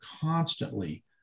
constantly